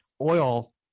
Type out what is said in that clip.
Oil